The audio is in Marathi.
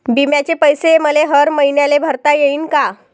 बिम्याचे पैसे मले हर मईन्याले भरता येईन का?